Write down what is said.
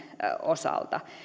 osalta